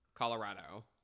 colorado